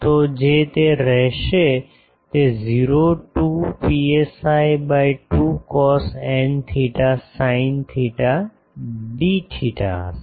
તો જે રહેશે તે 0 to psi by 2 cos n theta sin theta d theta હશે